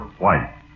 White